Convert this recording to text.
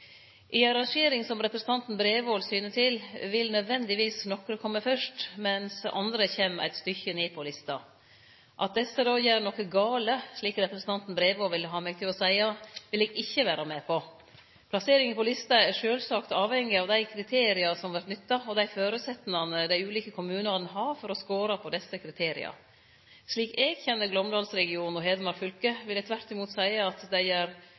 I ei rangering som representanten Bredvold syner til, vil nødvendigvis nokre kome fyrst, medan andre kjem eit stykke ned på lista. At desse då gjer noko gale, slik representanten Bredvold vil ha meg til å seie, vil eg ikkje vere med på. Plasseringa på lista er sjølvsagt avhengig av dei kriteria som vert nytta, og dei føresetnadene dei ulike kommunane har for å score på desse kriteria. Slik eg kjenner Glåmdalsregionen og Hedmark fylke, vil eg tvert imot seie at dei gjer